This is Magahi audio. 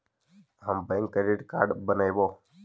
हम बैक क्रेडिट कार्ड बनैवो?